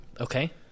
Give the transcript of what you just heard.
Okay